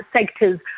sectors